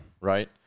Right